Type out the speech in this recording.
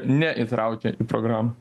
neįtraukė į programą